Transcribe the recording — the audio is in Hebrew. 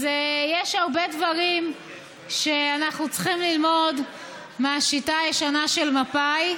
אז יש הרבה דברים שאנחנו צריכים ללמוד מהשיטה הישנה של מפא"י,